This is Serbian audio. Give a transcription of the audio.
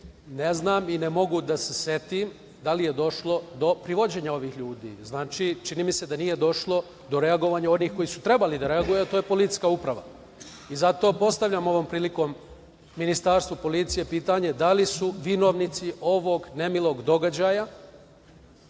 ne znam i ne mogu da se setim da li je došlo do privođenja ovih ljudi. Čini mi se da nije došlo do reagovanja onih koji su trebali da reaguju, a to je policijska uprava. Zato postavljam ovom prilikom Ministarstvu policije pitanje - da li su vinovnici ovog nemilog događaja